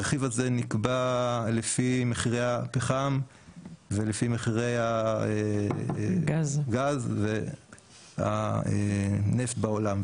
הרכיב הזה נקבע לפי מחירי הפחם ולפי מחירי הגז והנפט בעולם.